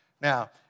Now